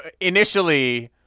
initially